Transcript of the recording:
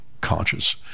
conscious